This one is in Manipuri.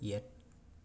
ꯌꯦꯠ